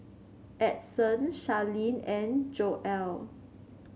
Edson Sharleen and Joelle